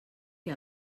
que